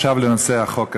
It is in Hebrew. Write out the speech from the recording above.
עכשיו לנושא החוק הזה.